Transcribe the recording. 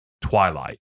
Twilight